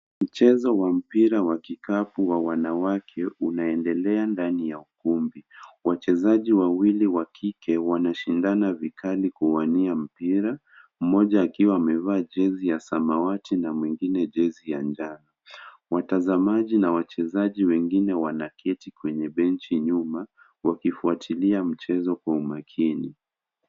Mchezo wa mpira wa kikapu wa wanawake unaendelea ndani ya ukumbi. Wachezaji wawili wa kike wanashindana vikani kuwania mpira mmoja akiwa amevaa jezi ya samawati na mwingine jezi ya njano. Watazamaji na wachezaji wengine wanaketi kwenye benchi nyuma wakifuatilia mchezo kwa umakini.